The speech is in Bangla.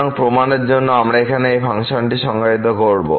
সুতরাং প্রমাণের জন্য আমরা এখানে একটি ফাংশন সংজ্ঞায়িত করব